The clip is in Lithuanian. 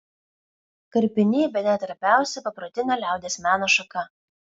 karpiniai bene trapiausia paprotinio liaudies meno šaka